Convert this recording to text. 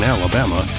Alabama